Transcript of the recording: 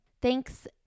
Thanks